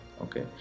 Okay